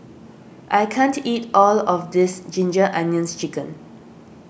I can't eat all of this Ginger Onions Chicken